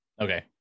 Okay